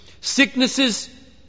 sicknesses